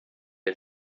and